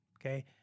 Okay